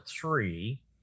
three